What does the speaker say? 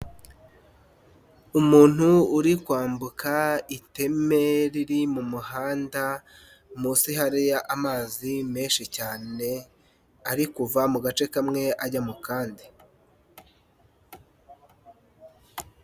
Umuntu uri kwambuka iteme riri mu muhanda munsi hariyo amazi menshi cyane ari kuva mu gace kamwe ajya mu kandi.